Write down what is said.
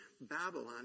Babylon